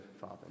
Father